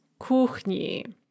kuchni